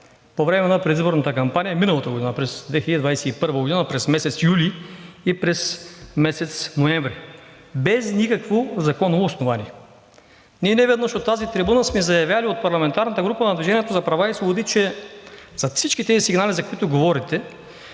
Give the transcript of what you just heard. по време на предизборната кампания миналата година – през 2021 г. през месец юли и през месец ноември, без никакво законово основание. От тази трибуна ние неведнъж сме заявявали от парламентарната група на „Движение за права и свободи“, че зад всички тези сигнали, за които говорите,